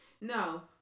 No